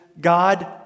God